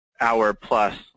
hour-plus